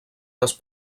les